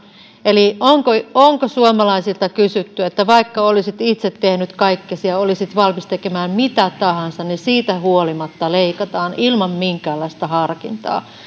onko suomalaisilta kysytty tilanteesta että vaikka olisit itse tehnyt kaikkesi ja olisit valmis tekemään mitä tahansa niin siitä huolimatta leikataan ilman minkäänlaista harkintaa